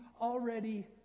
already